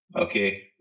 okay